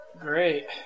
Great